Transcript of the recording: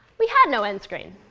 we had no end screen.